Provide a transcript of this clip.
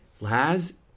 Laz